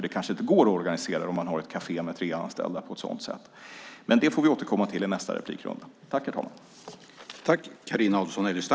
Det kanske inte går att organisera det på ett sådant sätt om man har ett kafé med tre anställda. Det får vi återkomma till i nästa i nästa inläggsrunda.